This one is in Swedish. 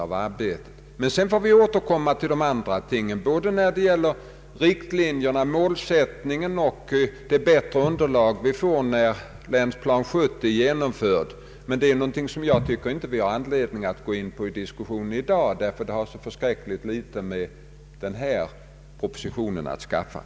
Vi får sedan återkomma till de andra tingen både när det gäller riktlinjerna, målsättningen och det bättre underlag som vi får när länsplan 70 är genomförd. Men det finns ingen anledning att gå in på denna i diskussionen i dag, eftersom den har så litet att göra med den proposition det här gäller.